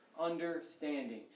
understanding